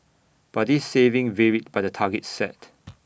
but this saving varied by the targets set